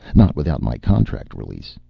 not without my contract release.